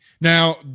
Now